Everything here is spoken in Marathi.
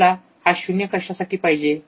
आपल्याला हा शून्य कशासाठी पाहिजे